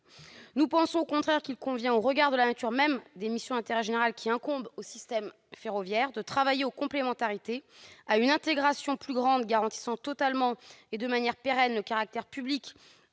Nous pensons au contraire qu'il convient, au regard de la nature même des missions d'intérêt général qui incombent au système ferroviaire, de travailler aux complémentarités et à une intégration plus grande garantissant totalement et de manière pérenne le caractère public